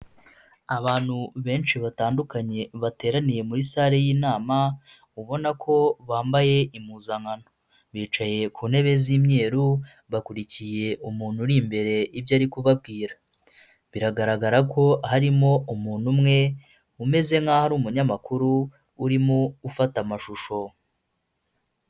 Abantu benshi batandukanye bateraniye muri sare y'inama, ubona ko bambaye impuzankano. Bicaye ku ntebe z'imyeru bakurikiye umuntu uri imbere ibyo ari kubabwira. Biragaragara ko harimo umuntu umwe umeze nkaho ari umunyamakuru urimo ufata amashusho.